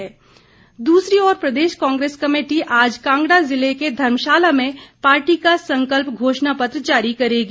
संकल्प घोषणापत्र दूसरी ओर प्रदेश कांग्रेस कमेटी आज कांगड़ा जिले के धर्मशाला में पार्टी का संकल्प घोषणापत्र जारी करेगी